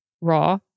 raw